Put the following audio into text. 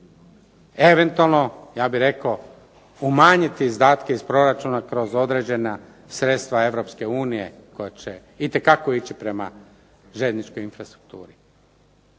Eventualno ja bih rekao umanjiti izdatke iz proračuna kroz određena sredstva Europske unije koja će itekako ići prema željezničkoj infrastrukturi.